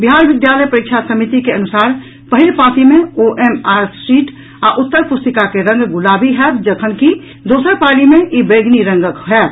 बिहार विद्यालय परीक्षा समिति के अनुसार पहिल पाली मे ओएमआर शीट आ उत्तर पुस्तिका के रंग गुलाबी होयत जखन कि दोसर पाली मे ई बैंगनी रंगक होयत